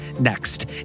Next